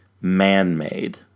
Man-made